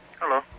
Hello